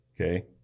Okay